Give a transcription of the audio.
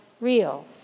real